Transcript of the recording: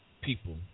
people